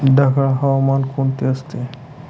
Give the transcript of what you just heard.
ढगाळ हवामान कोणते असते?